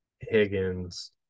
Higgins